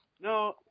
No